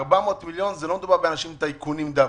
400 מיליון לא מדובר באנשים טייקונים דווקא,